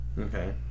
Okay